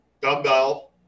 dumbbell